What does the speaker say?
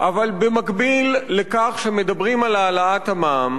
אבל במקביל לכך שמדברים על העלאת המע"מ,